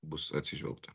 bus atsižvelgta